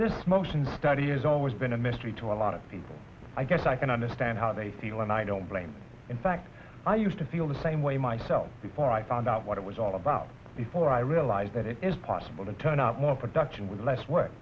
this motion study has always been a mystery to a lot of people i guess i can understand how they feel and i don't blame in fact i used to feel the same way myself before i found out what it was all about before i realized that it is possible to turn up more production with less way